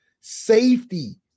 safety